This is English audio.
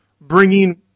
bringing